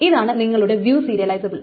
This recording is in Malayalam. ഇതാണ് നിങ്ങളുടെ വ്യൂ സീരിയലിസബിൾ